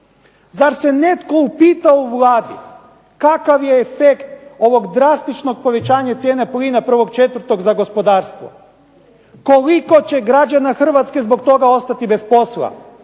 Zar se netko upitao u Vladi kakav je efekt ovog drastičnog povećanja plina 1. 4. za gospodarstvo. Koliko će građana Hrvatske zbog toga ostati bez posla,